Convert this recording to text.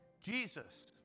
Jesus